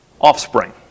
offspring